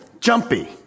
jumpy